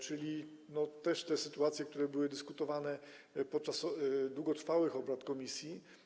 Chodzi też o sytuacje, które były dyskutowane podczas długotrwałych obrad komisji.